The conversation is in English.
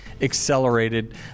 accelerated